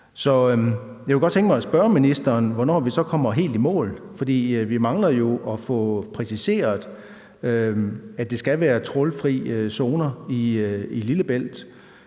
Så jeg kunne godt tænke mig at spørge ministeren, hvornår vi så kommer helt i mål. For vi mangler jo at få præciseret, at der skal være trawlfri zoner i Lillebælt.